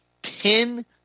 Ten